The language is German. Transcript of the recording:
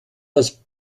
das